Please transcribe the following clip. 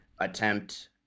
attempt